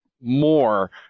more